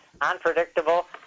unpredictable